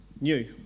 new